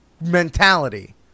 mentality